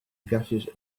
gases